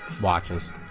watches